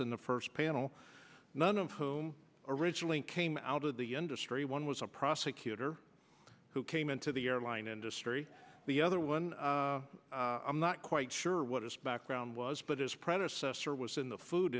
in the first panel none of whom originally came out of the industry one was a prosecutor who came into the airline industry the other one i'm not quite sure what his background was but his predecessor was in the food